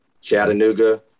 Chattanooga